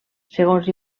segons